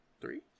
three